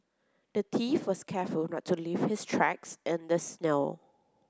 the thief was careful to not leave his tracks in the snow